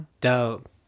Dope